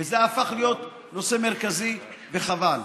וזה הפך להיות נושא מרכזי, וחבל.